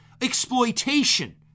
exploitation